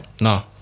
No